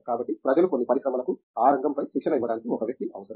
కాబట్టి ప్రజలు కొన్ని పరిశ్రమలకు ఆ రంగంపై శిక్షణ ఇవ్వడానికి ఒక వ్యక్తి అవసరం